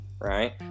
Right